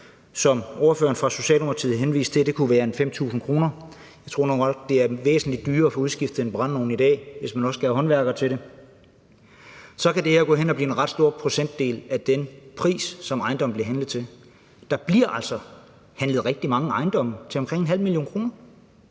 ordføreren fra Socialdemokratiet henviste til, at der kunne være tale om 5.000 kr., men jeg tror nu nok, det er væsentlig dyrere at få udskiftet en brændeovn i dag, hvis man også skal have håndværkere til det – gå hen og blive en ret stor procentdel af den pris, som ejendommen bliver handlet til. Der bliver altså handlet rigtig mange ejendomme til omkring 0.5 mio. kr.,